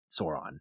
Sauron